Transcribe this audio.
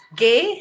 gay